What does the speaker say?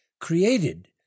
created